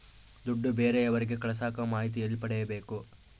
ದುಡ್ಡು ಬೇರೆಯವರಿಗೆ ಕಳಸಾಕ ಮಾಹಿತಿ ಎಲ್ಲಿ ಪಡೆಯಬೇಕು?